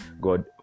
God